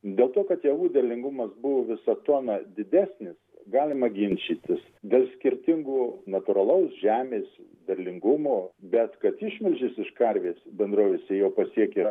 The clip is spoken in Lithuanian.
dėl to kad javų derlingumas buvo visa tona didesnis galima ginčytis dėl skirtingų natūralaus žemės derlingumo bet kad išmilžis iš karvės bendrovėse jau pasiekė